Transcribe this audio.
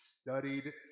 studied